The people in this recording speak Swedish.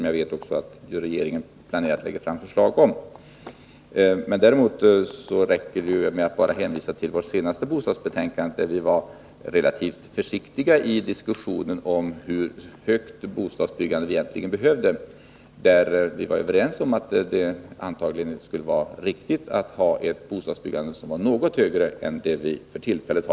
Jag vet också att regeringen planerar att lägga fram förslag om sådana. Här räcker det att hänvisa till vårt senaste bostadsbetänkande, där vi var relativt försiktiga i diskussionen om hur högt bostadsbyggandet egentligen behövde vara och där vi var överens om att det antagligen borde vara något högre än det är för tillfället.